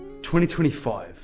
2025